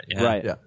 Right